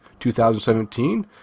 2017